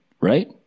right